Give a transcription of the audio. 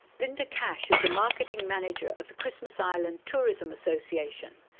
linda cash is the marketing manager of the christmas island tourism association.